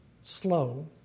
slow